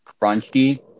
crunchy